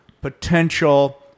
potential